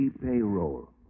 payroll